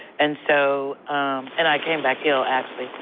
and so and i came back ill, actually.